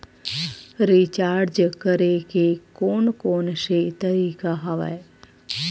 Recharge करे के कोन कोन से तरीका हवय?